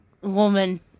woman